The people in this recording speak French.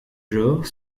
genre